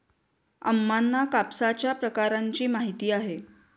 अम्मांना कापसाच्या प्रकारांची माहिती आहे